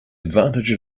advantage